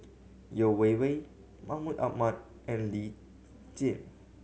Yeo Wei Wei Mahmud Ahmad and Lee Tjin